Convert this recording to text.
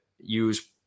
use